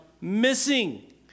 missing